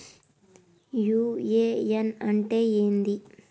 UAN అంటే ఏంది?